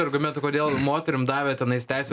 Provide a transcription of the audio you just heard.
argumentų kodėl moterim davė tenais teisę